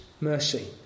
mercy